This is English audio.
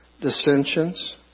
dissensions